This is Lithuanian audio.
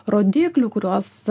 rodiklių kuriuos